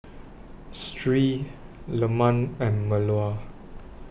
Sri Leman and Melur